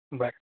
बर